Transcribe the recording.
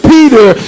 Peter